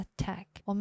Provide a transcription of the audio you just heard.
attack